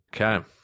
Okay